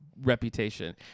reputation